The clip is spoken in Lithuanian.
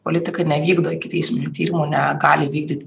politikai nevykdo ikiteisminio tyrimo negali vykdyt